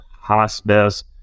hospice